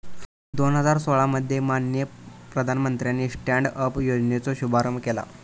दोन हजार सोळा मध्ये माननीय प्रधानमंत्र्यानी स्टॅन्ड अप योजनेचो शुभारंभ केला